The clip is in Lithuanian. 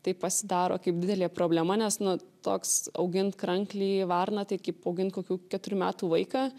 tai pasidaro kaip didelė problema nes nu toks augint kranklį varną tai kaip augint kokių keturių metų vaiką